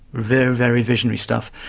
very, very visionary stuff,